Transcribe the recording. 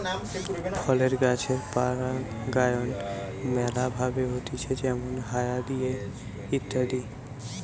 ফলের গাছের পরাগায়ন ম্যালা ভাবে হতিছে যেমল হায়া দিয়ে ইত্যাদি